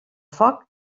foc